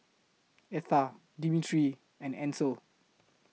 Etha Dimitri and Ancel